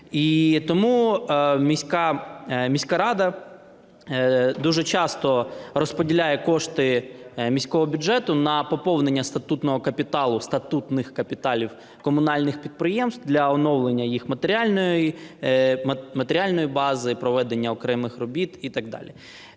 тому міська рада дуже часто розподіляє кошти міського бюджету на поповнення статутного капіталу, статутних капіталів комунальних підприємств для оновлення їх матеріальної бази, проведення окремих робіт і так далі.